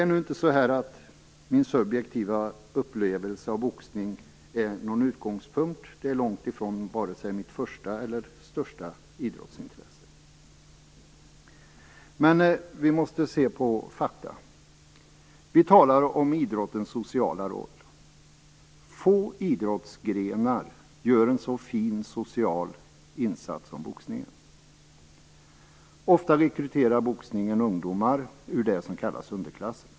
Jag utgår här inte från min subjektiva upplevelse av boxning. Denna är varken mitt första eller största idrottsintresse. Men vi måste se på fakta. Vi talar om idrottens sociala roll. Få idrottsgrenar gör en så fin social insats som boxningen. Ofta rekryterar boxningen ungdomar ur det som kallas underklass.